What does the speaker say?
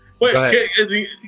Wait